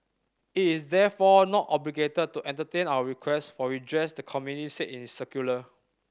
it is therefore not obligated to entertain our requests for redress the committee said in its circular